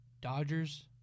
Dodgers